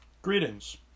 Greetings